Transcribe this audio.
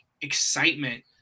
excitement